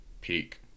Peak